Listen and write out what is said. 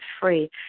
free